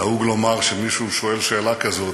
נהוג לומר כשמישהו שואל שאלה כזאת,